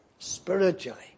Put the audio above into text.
spiritually